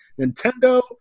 nintendo